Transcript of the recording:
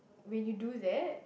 when you do that